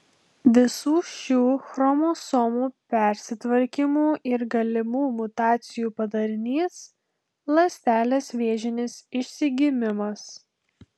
visų šių chromosomų persitvarkymų ir galimų mutacijų padarinys ląstelės vėžinis išsigimimas